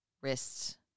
Wrists